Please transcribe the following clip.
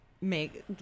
make